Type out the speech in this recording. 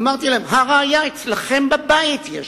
אמרתי להם: הא ראיה, אצלכם בבית זה קיים,